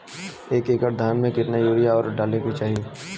एक एकड़ धान में कितना यूरिया और डाई डाले के चाही?